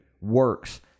works